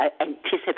anticipate